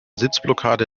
sitzblockade